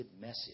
message